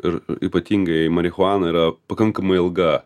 ir ypatingai marihuana yra pakankamai ilga